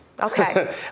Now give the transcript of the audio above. Okay